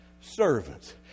servants